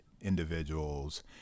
individuals